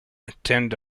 attend